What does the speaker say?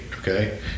okay